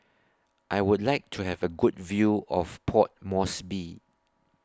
I Would like to Have A Good View of Port Moresby